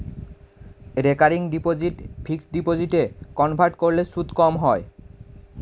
recurring deposit fixed ডিপোজিটে convert করলে সুদ কম হয়